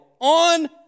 on